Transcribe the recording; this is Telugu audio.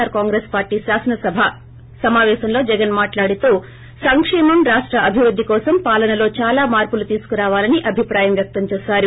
ఆర్ కాంగ్రెస్ పార్టీ శాసనసభాపక్ష సమాపేశంలో జగన్ మాట్లాడుతూ సంకేమం రాష్ట అభివృద్ది కోసం పాలనలో చాలా మార్పులు తీసుకురావాలని అభిప్రాయం వ్యక్తం చేశారు